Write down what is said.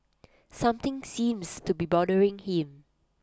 something seems to be bothering him